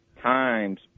times